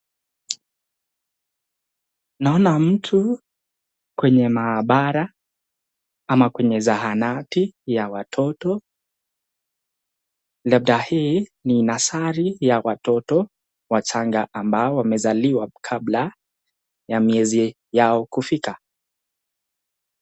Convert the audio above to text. Naona mtu kwenye maabara ama kwenye zahanati ya watoto labda hii ni nasari ya watoto wachanga ambao wamezaliwa kabla ya miezi yao kufika.